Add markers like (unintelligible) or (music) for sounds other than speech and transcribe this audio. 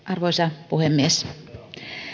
(unintelligible) arvoisa puhemies